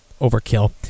overkill